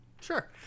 Sure